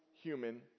human